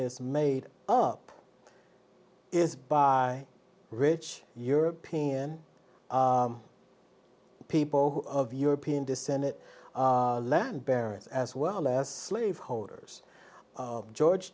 is made up is by rich european people of european descent it land barons as well as slave holders george